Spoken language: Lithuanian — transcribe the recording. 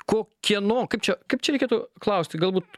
ko kieno kaip čia kaip čia reikėtų klausti galbūt